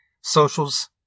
Socials